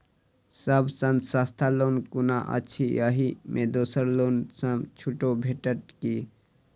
सब सँ सस्ता लोन कुन अछि अहि मे दोसर लोन सँ छुटो भेटत की?